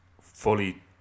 fully